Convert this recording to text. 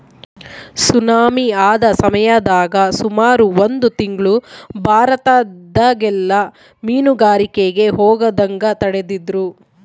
tsunami ಆದ ಸಮಯದಾಗ ಸುಮಾರು ಒಂದು ತಿಂಗ್ಳು ಭಾರತದಗೆಲ್ಲ ಮೀನುಗಾರಿಕೆಗೆ ಹೋಗದಂಗ ತಡೆದಿದ್ರು